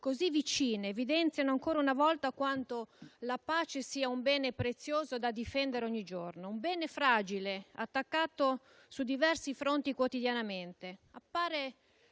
così vicine evidenziano, ancora una volta, quanto la pace sia un bene prezioso, da difendere ogni giorno, un bene fragile attaccato su diversi fronti quotidianamente.